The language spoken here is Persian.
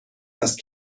است